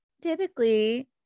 Typically